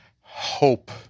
hope